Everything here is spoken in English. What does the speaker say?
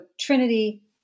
Trinity